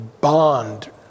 bond